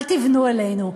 אל תבנו עלינו.